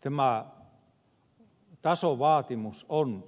tämä tasovaatimus on